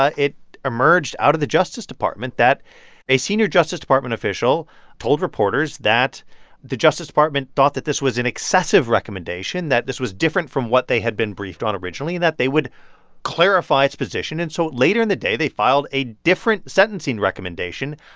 ah it emerged out of the justice department that a senior justice department official told reporters that the justice department thought that this was an excessive recommendation, that this was different from what they had been briefed on originally and that they would clarify its position. and so later in the day, they filed a different sentencing recommendation,